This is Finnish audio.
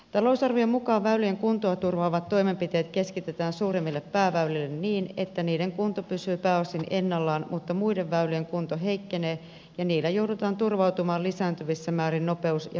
talousarvion mukaan väylien kuntoa turvaavat toimenpiteet keskitetään suurimmille pääväylille niin että niiden kunto pysyy pääosin ennallaan mutta muiden väylien kunto heikkenee ja niillä joudutaan turvautumaan lisääntyvissä määrin nopeus ja painorajoituksiin